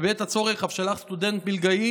ובעת הצורך אף שלח סטודנט מלגאי